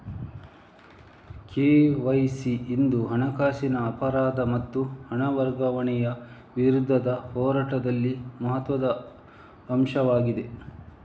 KYC ಇಂದು ಹಣಕಾಸಿನ ಅಪರಾಧ ಮತ್ತು ಹಣ ವರ್ಗಾವಣೆಯ ವಿರುದ್ಧದ ಹೋರಾಟದಲ್ಲಿ ಮಹತ್ವದ ಅಂಶವಾಗಿದೆ